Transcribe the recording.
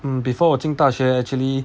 hmm before 我进大学 actually